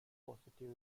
positive